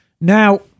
Now